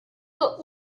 that